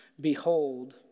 behold